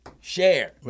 Share